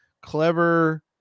clever